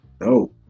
No